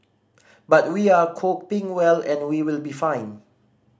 but we are coping well and we will be fine